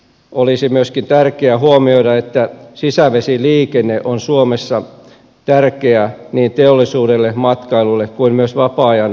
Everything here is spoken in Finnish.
olisi myöskin tärkeää huomioida että sisävesiliikenne on suomessa tärkeä niin teollisuudelle matkailulle kuin myös vapaa ajan veneilylle